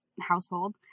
household